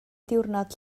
diwrnod